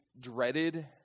dreaded